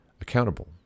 accountable